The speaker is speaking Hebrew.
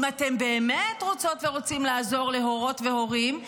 אם אתם באמת רוצות ורוצים לעזור להורות והורים,